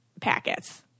packets